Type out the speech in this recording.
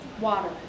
Water